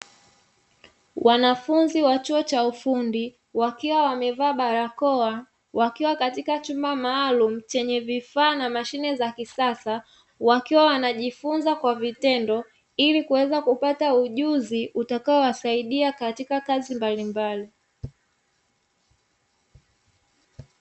Wanafunzi wa chuo cha ufundi wakiwa wamevaa barakoa wakiwa katika chumba maalumu chenye vifaa na mashine za kisasa, wakiwa wanajifunza kwa vitendo ili kuweza kupata ujuzi utakao wasaidia katika kazi mbalimbali.